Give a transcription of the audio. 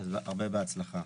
בהצלחה.